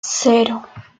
cero